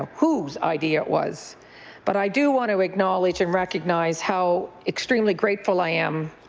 so whose idea it was but i do want to acknowledge and recognize how extremely grateful i am